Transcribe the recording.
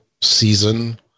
season